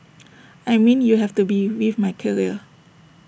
I mean you have to be with my career